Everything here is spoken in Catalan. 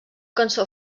cançó